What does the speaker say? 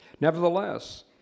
Nevertheless